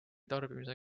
tarbimise